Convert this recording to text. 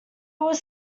was